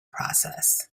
process